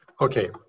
Okay